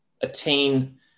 attain